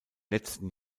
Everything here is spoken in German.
letzten